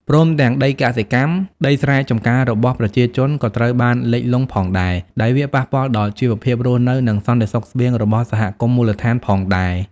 ព្រមទាំង ដីកសិកម្ម ដីស្រែចម្ការរបស់ប្រជាជនក៏ត្រូវបានលិចលង់ផងដែរ ដែលវាប៉ះពាល់ដល់ជីវភាពរស់នៅ និងសន្តិសុខស្បៀងរបស់សហគមន៍មូលដ្ឋានផងដែរ។